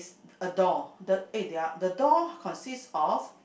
a door the eh they are the door consist of